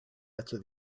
after